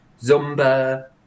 Zumba